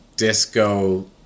disco